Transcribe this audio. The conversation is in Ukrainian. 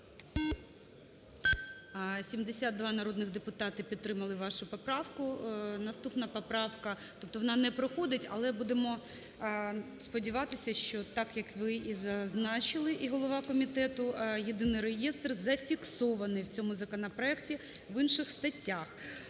72 народні депутати підтримали вашу поправку. Наступна поправка… тобто вона не проходить, але будемо сподіватися, що та, як ви і зазначили, і голова комітету, єдиний реєстр зафіксований в цьому законопроекті в інших статтях.